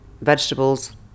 vegetables